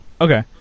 Okay